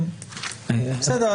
בסדר.